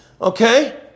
okay